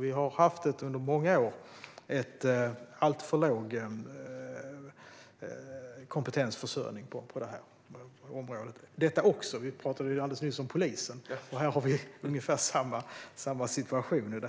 Vi har under många år haft en alltför låg kompetensförsörjning även på detta område. Vi talade ju alldeles nyss om polisen, och här har vi ungefär samma situation.